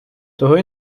того